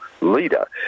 Leader